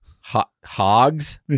Hogs